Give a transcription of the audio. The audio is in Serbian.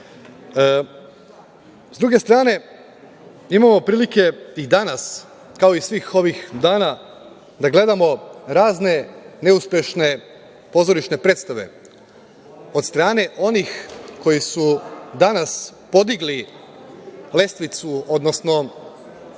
druge strane, imamo prilike i danas, kao i svih ovih dana, da gledamo razne neuspešne pozorišne predstave od strane onih koji su danas podigli lestvicu, odnosno pomerili